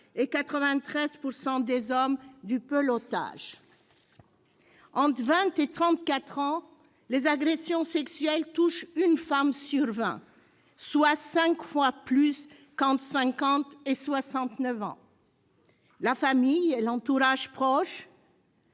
et 93 % des hommes du pelotage. Entre 20 et 34 ans, les agressions sexuelles touchent une femme sur vingt, soit cinq fois plus qu'entre 50 et 69 ans. La famille et l'entourage proche